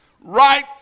right